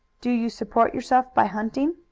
do you support yourself by hunting?